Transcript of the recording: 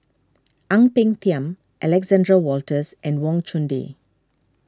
Ang Peng Tiam Alexander Wolters and Wang Chunde